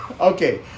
okay